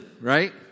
right